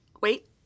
Wait